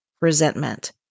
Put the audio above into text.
resentment